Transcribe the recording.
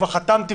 "כבר חתמתי"